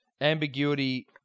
Ambiguity